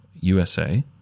usa